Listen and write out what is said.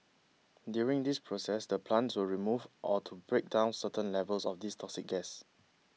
during this process the plants will remove or to break down certain levels of these toxic gas